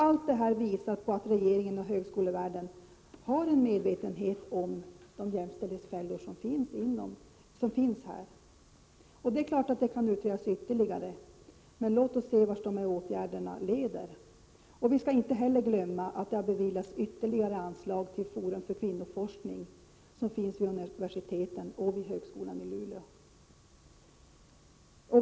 Allt detta visar på att regeringen och högskolevärlden har en medvetenhet om de jämställdhetsfällor som finns här. Det är klart att detta kan utredas ytterligare, men låt oss se vart de här åtgärderna leder. Vi skall inte heller glömma att det har beviljats ytterligare anslag till Forum för kvinnoforskning, som finns vid universiteten och vid högskolan i Luleå.